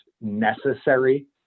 necessary